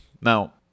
now